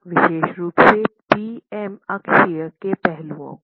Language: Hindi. विशेष रूप से पी एम अक्षीय के पहलुओं का